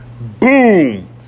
Boom